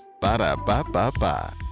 Ba-da-ba-ba-ba